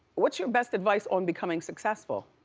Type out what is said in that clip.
what's your best advice on becoming successful?